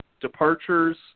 departures